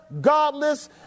godless